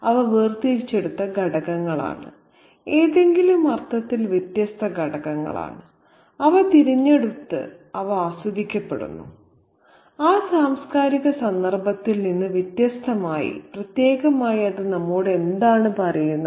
അവ വേർതിരിച്ചെടുത്ത ഘടകങ്ങളാണ് ഏതെങ്കിലും അർത്ഥത്തിൽ വ്യത്യസ്ത ഘടകങ്ങളാണ് അവ തിരഞ്ഞെടുത്ത് അവ ആസ്വദിക്കപ്പെടുന്നു ആ സാംസ്കാരിക സന്ദർഭത്തിൽ നിന്ന് വ്യത്യസ്തമായി പ്രത്യേകമായി അത് നമ്മോട് എന്താണ് പറയുന്നത്